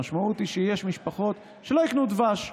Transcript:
המשמעות היא שיש משפחות שלא יקנו דבש.